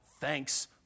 thanks